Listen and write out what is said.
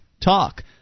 talk